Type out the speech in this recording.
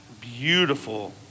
beautiful